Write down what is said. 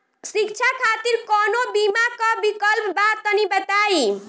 शिक्षा खातिर कौनो बीमा क विक्लप बा तनि बताई?